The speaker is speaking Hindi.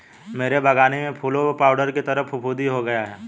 मेरे बगानी में फूलों पर पाउडर की तरह फुफुदी हो गया हैं